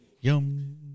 Yum